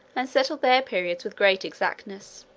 and settled their periods with great exactness.